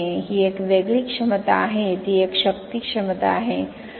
ही एक वेगळी क्षमता आहे ती एक शक्ती क्षमता आहे